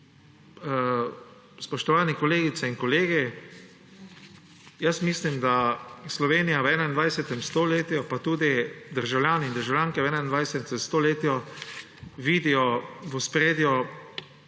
Spoštovane kolegice in kolegi, mislim, da Slovenija v 21. stoletju pa tudi državljanke in državljani v 21. stoletju vidijo v ospredju